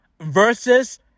versus